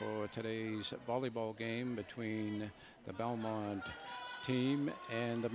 for today's a volleyball game between the belmont team and the